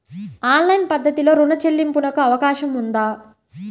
Online పద్ధతిలో రుణ చెల్లింపునకు అవకాశం ఉందా?